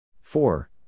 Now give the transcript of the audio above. four